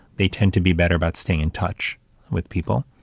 they tend to be better about staying in touch with people,